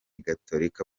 gatorika